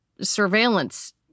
surveillance